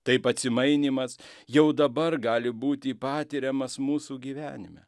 taip atsimainymas jau dabar gali būti patiriamas mūsų gyvenime